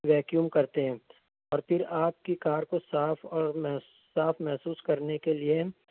vacuum کرتے ہیں اور پھر آپ کی کار کو صاف اور محسو صاف محسوس کرنے کے لئے